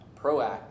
proactive